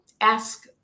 ask